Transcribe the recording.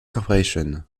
corporation